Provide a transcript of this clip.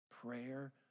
Prayer